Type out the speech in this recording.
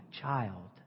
child